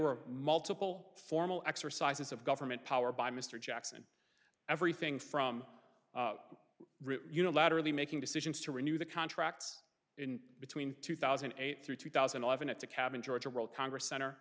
were multiple formal exercises of government power by mr jackson everything from unilaterally making decisions to renew the contracts in between two thousand and eight through two thousand and eleven at the cabin georgia world congress center